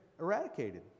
eradicated